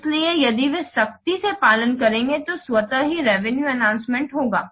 इसलिए यदि वे सख्ती से पालन करेंगे तो स्वतः ही रेवेनुए एनहांसमेंट होगा